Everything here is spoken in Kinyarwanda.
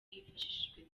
hifashishijwe